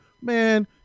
Man